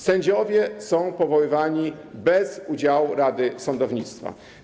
Sędziowie są powoływani bez udziału rady sądownictwa.